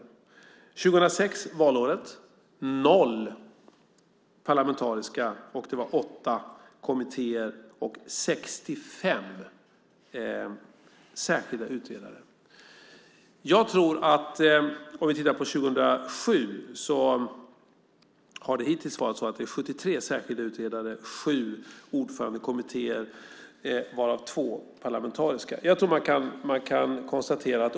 Valåret 2006 tillsattes inga parlamentariska, och det tillsattes 8 ordförandekommittéer och 65 särskilda utredare. För 2007 har det hittills blivit 73 särskilda utredare och sju ordförandekommittéer varav två parlamentariska.